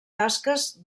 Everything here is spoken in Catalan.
tasques